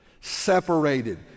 separated